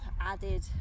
added